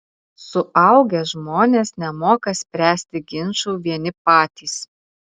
suaugę žmonės nemoka spręsti ginčų vieni patys